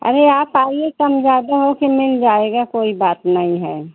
अरे आप आइए कम ज़्यादा हो कर मिल जाएगा कोई बात नहीं है